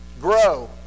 grow